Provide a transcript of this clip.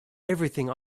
everything